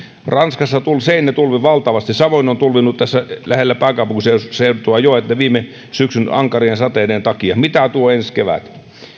ranskassa seine tulvi valtavasti samoin ovat tulvineet tässä lähellä pääkaupunkiseutua joet viime syksyn ankarien sateiden takia mitä tuo ensi kevät